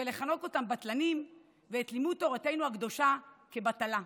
ולכנות אותם בטלנים ואת לימוד תורתנו הקדושה כבטלה,